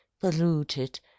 polluted